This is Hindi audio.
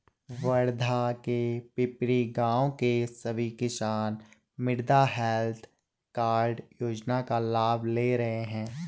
वर्धा के पिपरी गाँव के सभी किसान मृदा हैल्थ कार्ड योजना का लाभ ले रहे हैं